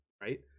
right